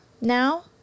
now